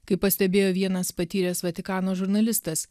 kaip pastebėjo vienas patyręs vatikano žurnalistas